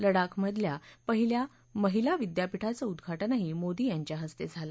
लडाख मधल्या पहिल्या महिला विद्यापीठाचं उद्घाटनही मोदी यांच्या हस्ते झालं